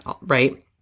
right